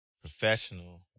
professional